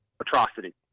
atrocity